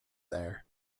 there